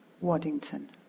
Waddington